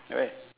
where